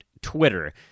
Twitter